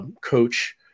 coach